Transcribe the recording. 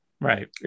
Right